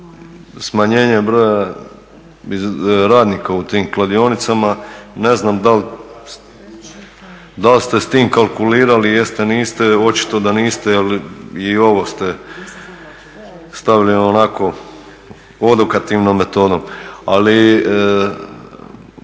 smanjenje broja radnika u tim kladionicama. Ne znam dal ste s tim kalkulirale, jeste, niste, očito da niste jel i ovo ste stavili onako odokativnom metodom. Ali